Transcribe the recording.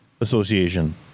Association